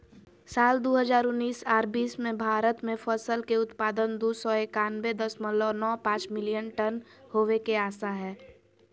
साल दू हजार उन्नीस आर बीस मे भारत मे फसल के उत्पादन दू सौ एकयानबे दशमलव नौ पांच मिलियन टन होवे के आशा हय